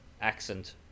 accent